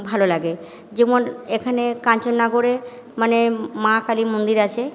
ভালো লাগে যেমন এখানে কাঞ্চননগরে মানে মা কালীর মন্দির আছে